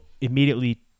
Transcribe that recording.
immediately